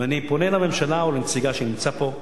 ואני פונה לממשלה ולנציגה שנמצא פה: